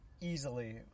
easily